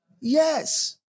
yes